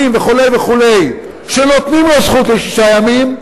וכו' וכו' שנותנים לו זכות לשישה ימים,